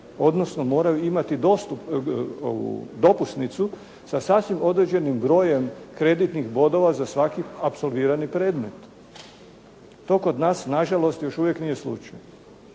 odnosno moraju imati dopusnicu sa sasvim određenim brojem kreditnih bodova za svaki apsolvirani predmet. To kod nas nažalost još uvijek nije slučaj.